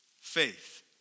Faith